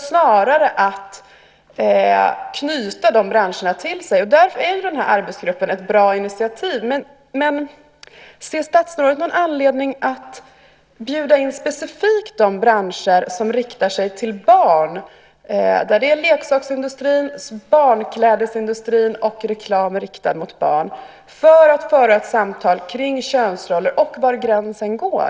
Snarare ska man knyta de branscherna till sig, och där är arbetsgruppen ett bra initiativ. Ser statsrådet någon anledning att specifikt bjuda in de branscher som riktar sig till barn - leksaksindustrin, barnklädesindustrin; det gäller också reklam som är riktad till barn - för att föra ett samtal om könsroller och om var gränsen går?